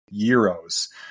euros